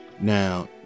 now